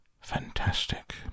Fantastic